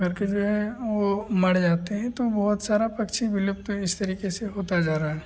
करके जो है वह मर जाते हैं तो बहुत सारे पछी विलुप्त इस तरीके से होते जा रहे हैं